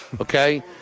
okay